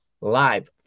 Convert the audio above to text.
live